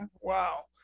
wow